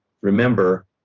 remember